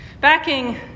Backing